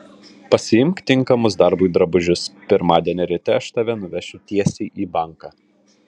pasiimk tinkamus darbui drabužius pirmadienio ryte aš tave nuvešiu tiesiai į banką